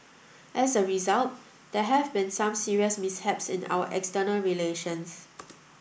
as a result there have been some serious mishaps in our external relations